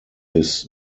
his